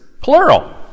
plural